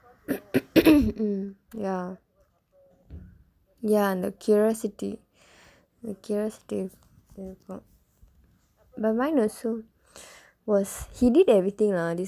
ya ya the curiosity the curiosity but mine also he did everything ah this